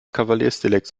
kavaliersdelikt